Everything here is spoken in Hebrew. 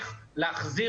דרך.